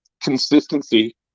consistency